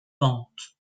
pente